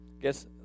guess